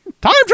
time